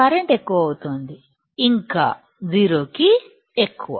current ఎక్కువ అవుతుంది ఇంకా 0 కి ఎక్కువ